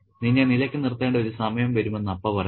നിന്നെ നിലക്ക് നിർത്തേണ്ട ഒരു സമയം വരുമെന്ന് അപ്പ പറയുന്നു